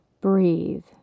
Breathe